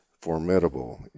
formidable